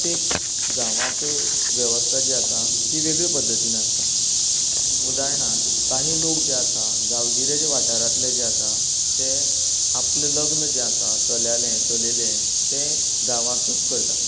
ते गांवाच्यो वेवस्था जी आसा ती वेगळें पद्धतीन आसता उदाहरणार्थ काही लोक जे आसात गांवगिरे जे वाठारांतले जे आसा ते आपलें लग्न जें आसा चल्यालें चलयेलें तें गांवांत करतात